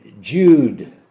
Jude